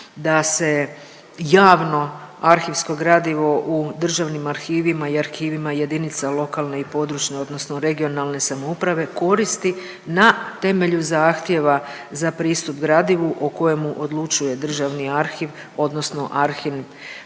da se javno arhivsko gradivo u državnim arhivima i arhivama jedinica lokalne i područne odnosno regionalne samouprave koristi na temelju zahtjeva za pristup gradivu o kojemu odlučuje Državni arhiv odnosno arhiv,